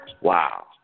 Wow